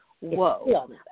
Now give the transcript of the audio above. whoa